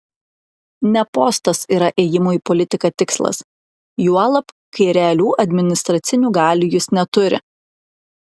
ne postas yra ėjimo į politiką tikslas juolab kai realių administracinių galių jis neturi